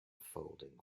folding